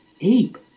ape